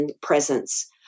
presence